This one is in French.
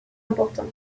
important